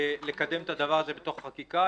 לקדם את הדבר הזה בתוך חקיקה.